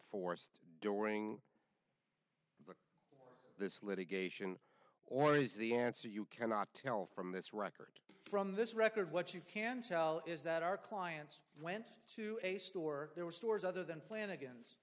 forced during this litigation or is the answer you cannot tell from this record from this record what you can tell is that our clients went to a store there were stores other than fla